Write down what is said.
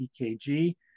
EKG